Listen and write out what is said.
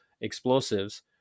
explosives